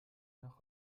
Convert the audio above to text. noch